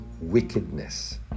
wickedness